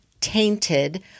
tainted